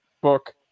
book